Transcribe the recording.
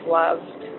loved